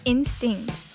Instinct